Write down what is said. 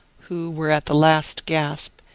who were at the last gasp,